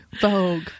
Vogue